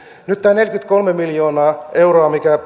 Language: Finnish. nyt tämä neljäkymmentäkolme miljoonaa euroa mikä